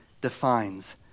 defines